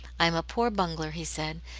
i am a poor bungler, he said,